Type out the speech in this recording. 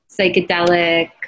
psychedelic